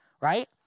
right